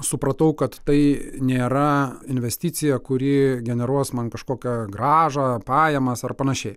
supratau kad tai nėra investicija kuri generuos man kažkokią grąžą pajamas ar panašiai